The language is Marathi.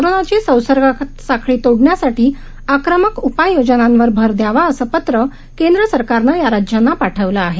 कोरोनाची संसर्गसाखळी तोडण्यासाठी आक्रमक उपाययोजनांवर भर दयावा असं पत्र केंद्र सरकारनं या राज्यांना पाठवलं आहे